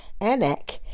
Anak